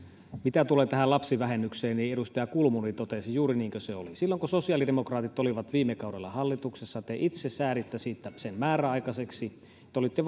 mitä tulee tähän lapsivähennykseen niin edustaja kulmuni totesi juuri niin kuin se oli silloin kun sosiaalidemokraatit olivat viime kaudella hallituksessa te itse sääditte sen määräaikaiseksi te olitte